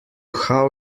how